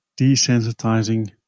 desensitizing